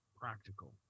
practical